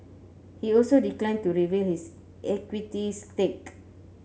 he also declined to reveal his equities stake